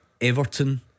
Everton